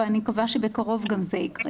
אבל אני מקווה שבקרוב גם זה יקרה.